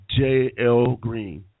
JLGreen